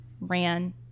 ran